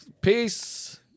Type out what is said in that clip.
Peace